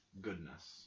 goodness